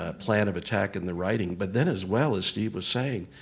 ah plan of attack in the writing. but then as well as steve was saying,